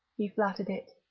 he flattered it.